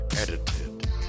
edited